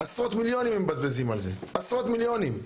עשרות מיליונים הם מבזבזים על זה, עשרות מיליונים.